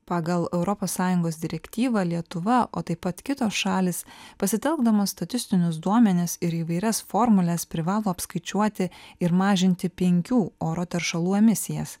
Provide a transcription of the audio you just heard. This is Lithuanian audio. pagal europos sąjungos direktyvą lietuva o taip pat kitos šalys pasitelkdamos statistinius duomenis ir įvairias formules privalo apskaičiuoti ir mažinti penkių oro teršalų emisijas